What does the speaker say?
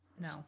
No